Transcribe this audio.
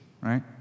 right